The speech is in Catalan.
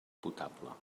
potable